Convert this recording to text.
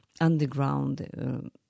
underground